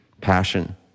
Passion